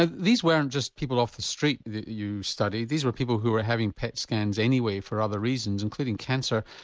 ah these weren't just people off the street that you studied, these were people who were having pet scans anyway for other reasons including cancer.